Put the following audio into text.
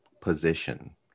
position